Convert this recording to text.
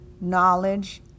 knowledge